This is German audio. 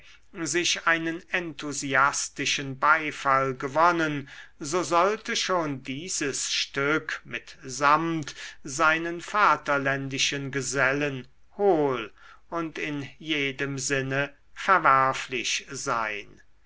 sich einen enthusiastischen beifall gewonnen so sollte schon dieses stück mitsamt seinen vaterländischen gesellen hohl und in jedem sinne verwerflich sein